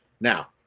Now